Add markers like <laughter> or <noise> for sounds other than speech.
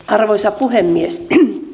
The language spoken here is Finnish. <unintelligible> arvoisa puhemies lääkäriliiton